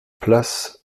places